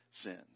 sins